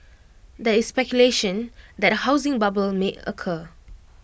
there is speculation that A housing bubble may occur